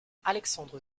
alexandre